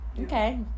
Okay